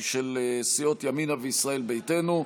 של סיעות ימינה וישראל ביתנו,